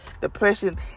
Depression